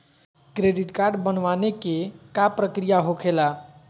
Debit card बनवाने के का प्रक्रिया होखेला?